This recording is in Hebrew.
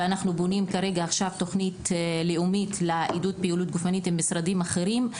ועכשיו אנחנו בונים תכנית לאומית לעידוד פעילות גופנית עם משרדים אחרים.